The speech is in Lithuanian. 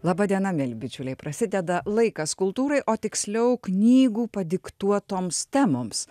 laba diena mieli bičiuliai prasideda laikas kultūrai o tiksliau knygų padiktuotoms temoms